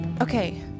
Okay